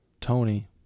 Tony